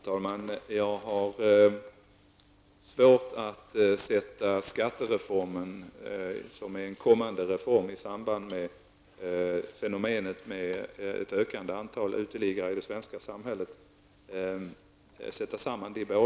Herr talman! Jag har svårt att sätta den kommande skattereformen i samband med fenomenet ett ökat antal uteliggare i det svenska samhället.